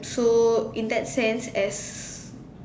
and so in that sense as